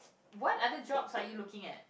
what other jobs are you looking at